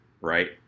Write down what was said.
right